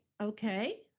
Okay